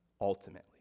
ultimately